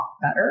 better